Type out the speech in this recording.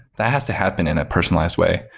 that has to happen in a personalized way.